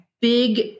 big